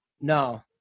No